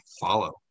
follow